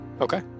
Okay